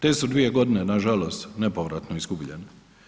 Te su dvije godine nažalost nepovratno izgubljene.